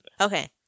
Okay